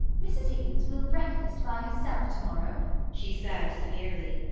mrs. higgins will breakfast by herself to-morrow she said severely.